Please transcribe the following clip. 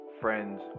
friends